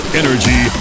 energy